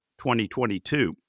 2022